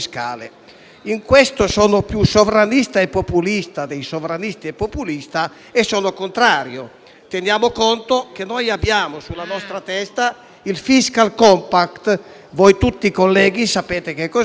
In questo sono più sovranista e populista dei sovranisti e dei populisti e sono contrario. Teniamo conto del fatto che abbiamo sulla nostra testa il *fiscal compact*. Tutti voi, colleghi, sapete cos'è;